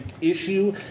issue